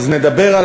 אז נדבר על